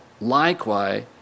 Likewise